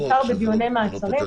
בעיקר בדיוני מעצרים.